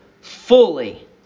fully